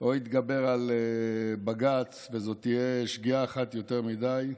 או יתגבר על בג"ץ, וזו תהיה שגיאה אחת יותר מדי.